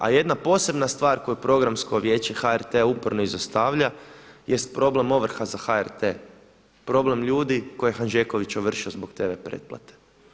A jedna posebna stvar koju Programsko vijeće HRT-a uporno izostavlja jest problem ovrha za HRT, problem ljudi koje je Hanžeković ovršio zbog TV pretplate.